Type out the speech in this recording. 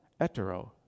Etero